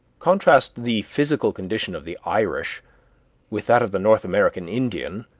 contrast the physical condition of the irish with that of the north american indian,